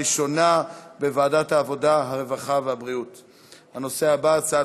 לוועדת העבודה, הרווחה והבריאות נתקבלה.